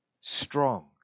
strong